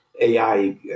AI